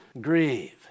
grieve